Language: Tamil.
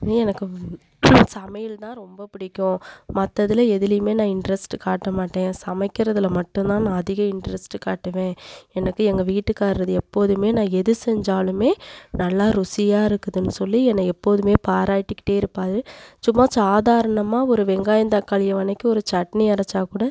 அப்பயே எனக்கு சமையல்னா ரொம்ப பிடிக்கும் மத்ததில் எதிலையுமே நான் இன்ட்ரெஸ்ட் காட்ட மாட்டேன் சமைக்கிறதில் மட்டும் தான் நான் அதிக இன்ட்ரெஸ்ட் காட்டுவேன் எனக்கு எங்க வீட்டுக்கார் எப்போதுமே நான் எது செஞ்சாலுமே நல்லா ருசியாருக்குதுன்னு சொல்லி என்னை எப்போதுமே பாராட்டிக்கிட்டே இருப்பார் சும்மா சாதாரணமாக ஒரு வெங்காயம் தக்காளியை வனக்கி ஒரு சட்னி அரைச்சாக்கூட